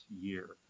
year